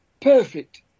Perfect